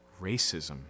racism